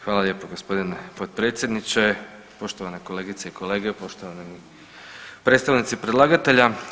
Hvala lijepo g. potpredsjedniče, poštovane kolegice i kolege, poštovani predstavnici predlagatelja.